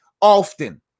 often